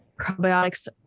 Probiotics